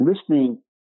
listening